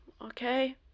okay